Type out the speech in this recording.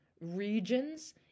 regions